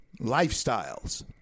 lifestyles